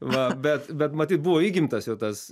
va bet bet matyt buvo įgimtas jau tas